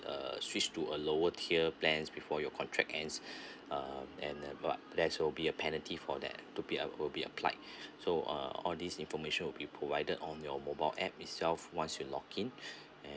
uh switch to a lower tier plans before your contract ends uh and the but there should be a penalty for that to be uh will be applied so uh all this information will be provided on your mobile app itself once you login and